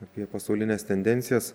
apie pasaulines tendencijas